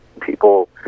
people